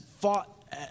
fought